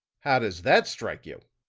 how does that strike you?